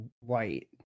white